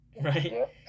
right